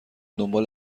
دنبال